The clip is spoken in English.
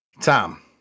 Tom